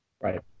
Right